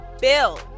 bill